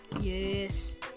Yes